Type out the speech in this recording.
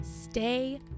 stay